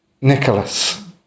Nicholas